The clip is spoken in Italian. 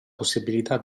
possibilità